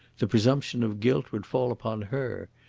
the presumption of guilt would fall upon her.